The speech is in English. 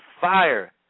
fire